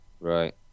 right